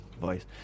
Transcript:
voice